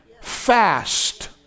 fast